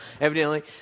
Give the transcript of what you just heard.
evidently